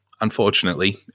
unfortunately